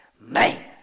Man